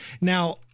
now